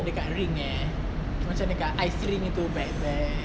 dekat ring eh macam dekat ice rink gitu back there